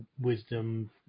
wisdom